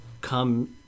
come